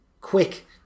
quick